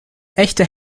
echte